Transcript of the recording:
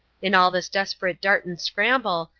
in all this desperate dart and scramble,